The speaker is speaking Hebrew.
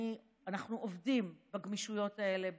אנחנו עובדים בגמישויות האלה,